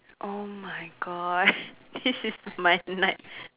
!oh-my-God! this is my night